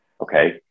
okay